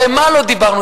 הרי מה לא דיברנו?